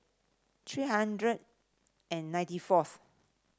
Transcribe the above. three hundred and ninety fourth